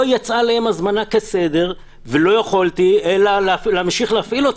לא יצאה אליהם הזמנה כסדר ולא יכולתי אלא להמשיך להפעיל אותם,